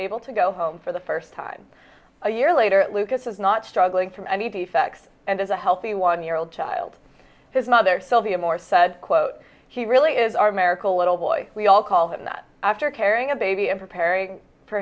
able to go home for the first time a year later lucas was not struggling for many defects and as a healthy one year old child his mother sylvia moore said quote she really is our americal little boy we all called him that after carrying a baby and preparing for